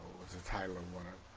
was the title of one.